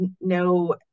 no